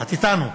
את אתנו,